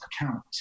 account